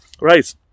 Right